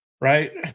Right